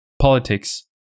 politics